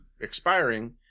expiring